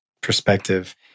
perspective